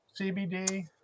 CBD